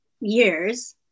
years